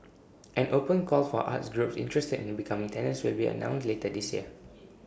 an open call for arts groups interested in becoming tenants will be announced later this year